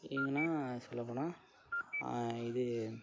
எங்கேனா சொல்ல போனால் இது